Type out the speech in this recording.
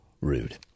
rude